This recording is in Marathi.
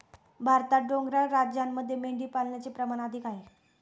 भारतात डोंगराळ राज्यांमध्ये मेंढीपालनाचे प्रमाण अधिक आहे